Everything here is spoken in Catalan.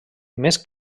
més